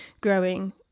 growing